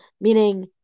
Meaning